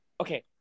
Okay